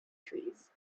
trees